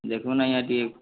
ଦେଖୁନ୍ ଆଜ୍ଞା ଟିକେ